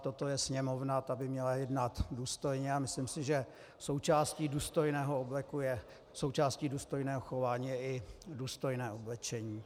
Toto je Sněmovna, ta by měla jednat důstojně, a myslím si, že součástí důstojného obleku je součástí důstojného chování je i důstojné oblečení.